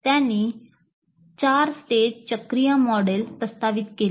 त्यांनी 4 स्टेज चक्रीय मॉडेल प्रस्तावित केले